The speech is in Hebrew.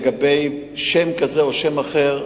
לגבי שם כזה או שם אחר,